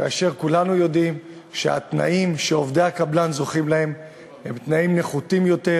כולנו יודעים שהתנאים שעובדי הקבלן זוכים להם הם תנאים נחותים יותר,